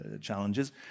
challenges